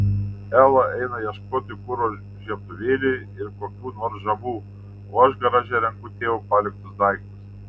ela eina ieškoti kuro žiebtuvėliui ir kokių nors žabų o aš garaže renku tėvo paliktus daiktus